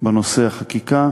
בנושא החקיקה